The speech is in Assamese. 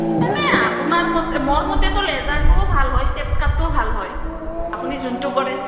এনেই আপোনাৰ মতে মোৰ মতেতো লেজাৰটোও ভাল হয় ষ্টেপ কাটটোও ভাল হয় আপুনি যোনটো কৰে